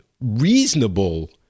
reasonable